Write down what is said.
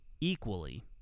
equally